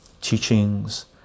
teachings